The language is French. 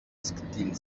style